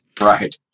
Right